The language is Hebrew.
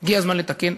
הגיע הזמן לתקן.